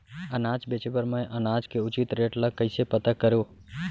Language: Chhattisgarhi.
अनाज बेचे बर मैं अनाज के उचित रेट ल कइसे पता करो?